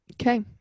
Okay